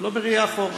ולא בראייה אחורה.